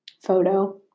photo